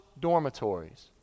dormitories